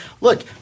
look